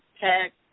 tax